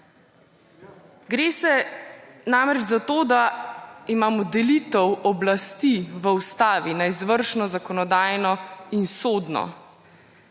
Gre namreč za to, da imamo delitev oblasti v ustavi na izvršno, zakonodajno in sodno.